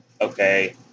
Okay